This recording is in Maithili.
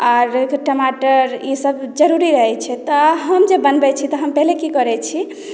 आओर टमाटर ईसभ जरूरी अछि तऽ हम जे बनबैत छी तऽ पहिले की करैत छी